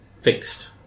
fixed